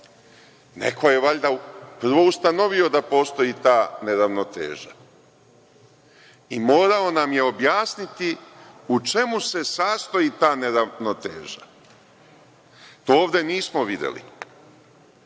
Neko je valjda prvo ustanovio da postoji ta neravnoteža i morao nam je objasniti u čemu se sastoji ta neravnoteža. To ovde nismo videli.